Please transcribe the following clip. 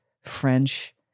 French